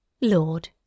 Lord